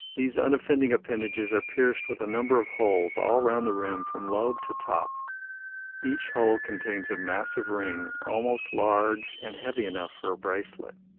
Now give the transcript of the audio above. these unoffending appendages are pierced with a number of holes all round the rim from lobe to top each hole contains a massive ring almost large and heavy enough for a bracelet,